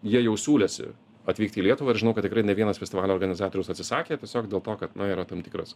jie jau siūlėsi atvykti į lietuvą ir žinau kad tikrai ne vienas festivalio organizatorius atsisakė tiesiog dėl to kad na yra tam tikras